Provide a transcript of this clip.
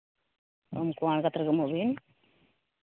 ᱩᱢ ᱠᱚ ᱟᱬᱜᱟᱛ ᱨᱮᱜᱮ ᱩᱢᱩᱜ ᱵᱤᱱ